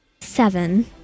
seven